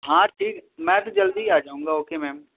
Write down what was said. ہاں ٹھیک میں تو جلدی ہی آ جاؤں گا اوکے میم